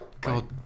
God